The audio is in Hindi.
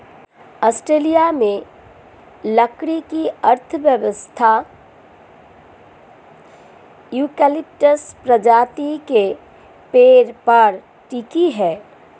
ऑस्ट्रेलिया में लकड़ी की अर्थव्यवस्था यूकेलिप्टस प्रजाति के पेड़ पर टिकी है